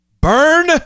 burn